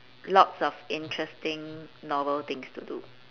lots of interesting novel things to do